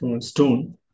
stone